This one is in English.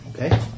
Okay